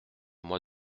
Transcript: moi